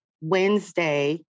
Wednesday